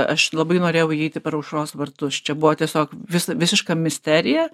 aš labai norėjau įeiti per aušros vartus čia buvo tiesiog vis visiška misterija